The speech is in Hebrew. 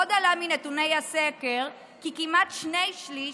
עוד עלה מנתוני הסקר כי כמעט שני-שלישים,